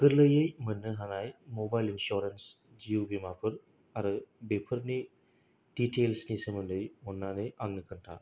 गोरलैयै मोननो हानाय मबाइल इनसुरेन्स जिउ बिमाफोर आरो बेफोरनि दिटैल्सनि सोमोन्दै अन्नानै आंनो खोनथा